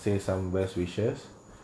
say some best wishes